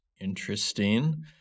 Interesting